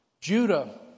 Judah